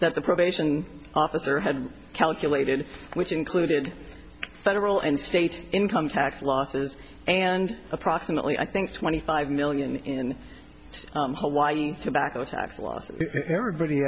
that the probation officer had calculated which included federal and state income tax losses and approximately i think twenty five million in hawaii tobacco